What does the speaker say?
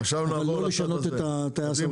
אבל לא לשנות את הטייס האוטומטי.